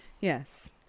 yes